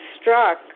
struck